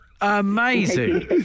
Amazing